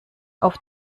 auf